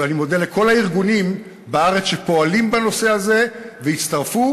אני מודה לכל הארגונים בארץ שפועלים בנושא הזה והצטרפו,